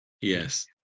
Yes